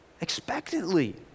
expectantly